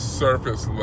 surface